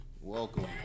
welcome